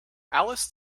alice